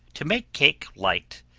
to make cake light,